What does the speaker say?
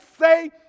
say